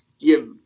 give